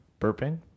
Burping